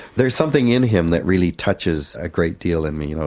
there's something in him that really touches a great deal in me, you know